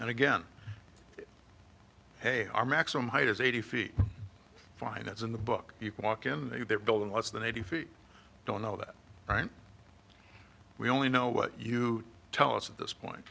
it again hey our maximum height is eighty feet fine it's in the book you can walk in the building less than eighty feet don't know that right we only know what you tell us at this point